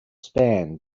span